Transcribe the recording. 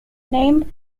name